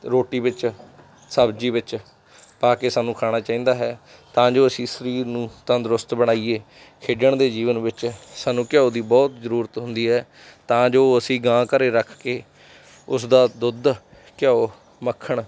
ਰੋਟੀ ਵਿੱਚ ਸਬਜ਼ੀ ਵਿੱਚ ਪਾ ਕੇ ਸਾਨੂੰ ਖਾਣਾ ਚਾਹੀਦਾ ਹੈ ਤਾਂ ਜੋ ਅਸੀਂ ਸਰੀਰ ਨੂੰ ਤੰਦਰੁਸਤ ਬਣਾਈਏ ਖੇਡਣ ਦੇ ਜੀਵਨ ਵਿੱਚ ਸਾਨੂੰ ਘਿਓ ਦੀ ਬਹੁਤ ਜ਼ਰੂਰਤ ਹੁੰਦੀ ਹੈ ਤਾਂ ਜੋ ਅਸੀਂ ਗਾਂ ਘਰ ਰੱਖ ਕੇ ਉਸ ਦਾ ਦੁੱਧ ਘਿਓ ਮੱਖਣ